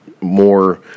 more